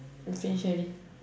you finish already